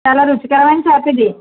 చాలా రుచికరమైన చేప ఇది